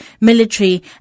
military